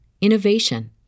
innovation